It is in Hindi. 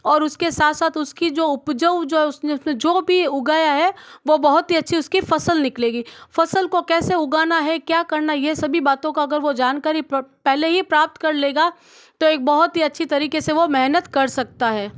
और उसके साथ साथ उसकी जो उपजाऊ जो जो उसने जो भी उगाया है वो बहुत ही अच्छी उसकी फसल निकलेगी फसल को कैसे उगाना है क्या करना यह सभी बातों का अगर वह जानकारी पहले ही प्राप्त कर लेगा तो एक बहुत ही अच्छी तरीके से वह मेहनत कर सकता है